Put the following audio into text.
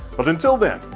but until then,